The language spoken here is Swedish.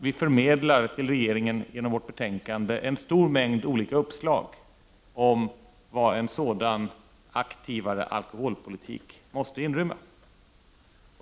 Vi förmedlar till regeringen genom vårt betänkande en stor mängd olika uppslag om vad en sådan aktivare alkoholpolitik måste inrymma.